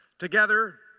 together,